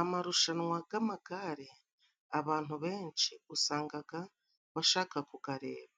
Amarushanwa g'amagare, abantu benshi usangaga bashaka kugareba